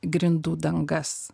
grindų dangas